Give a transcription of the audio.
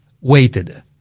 waited